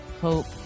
hope